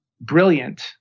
brilliant